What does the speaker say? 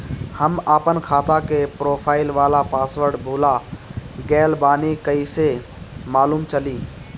हम आपन खाता के प्रोफाइल वाला पासवर्ड भुला गेल बानी कइसे मालूम चली?